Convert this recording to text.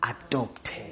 adopted